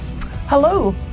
Hello